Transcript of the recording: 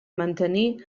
mantenir